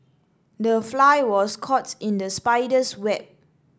the fly was caught in the spider's web